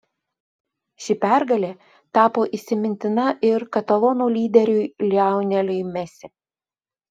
ši pergalė tapo įsimintina ir katalonų lyderiui lioneliui messi